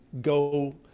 go